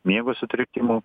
miego sutrikimų